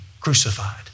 crucified